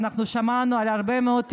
ושמענו על הרבה מאוד,